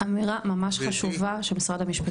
יפה, אמירה ממש חשובה של משרד המשפטים.